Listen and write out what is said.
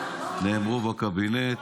בקבינט, נאמרו בקבינט.